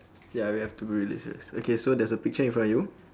ya we have to really serious okay so there's a picture in front of you